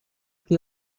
que